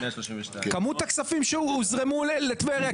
כמות הכספים שהוזרמו לטבריה,